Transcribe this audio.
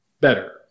better